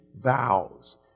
vows